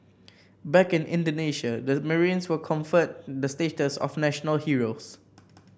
back in Indonesia the marines were conferred the status of national heroes